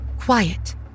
quiet